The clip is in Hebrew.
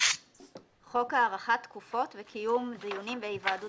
"חוק הארכת תקופות וקיום דיונים בהיוועדות